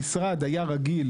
המשרד היה רגיל,